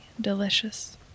delicious